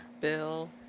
Bill